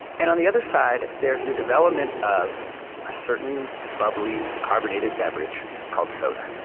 and on the other side, there's the development of a certain, bubbly, carbonated beverage called soda.